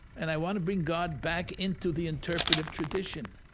and i want to bring god back into the interpretive tradition